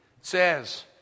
says